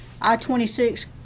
I-26